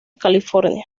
california